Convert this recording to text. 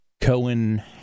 Cohen